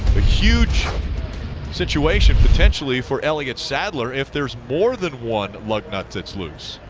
huge situation potentially for elliott sadler if there's more than one lug nut that's loose.